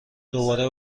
دوباره